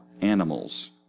animals